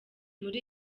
muri